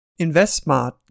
InvestSmart